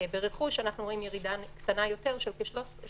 ברכוש אנחנו רואים ירידה קטנה יותר של כ-13%,